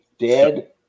Dead